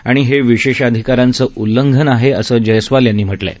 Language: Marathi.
आणि हे विशेषाधिकीरांचं उल्लंघन आहे असं जयस्वाल यांनी म्हटलं आहे